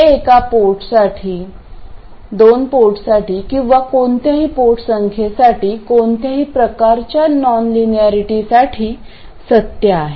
हे एका पोर्टसाठी दोन पोर्टसाठी किंवा कोणत्याही पोर्ट संख्येसाठी कोणत्याही प्रकारच्या नॉनलिनिअरीटी सत्य आहे